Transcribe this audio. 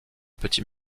petits